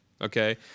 Okay